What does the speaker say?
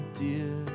dear